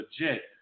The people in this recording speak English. legit